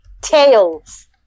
Tails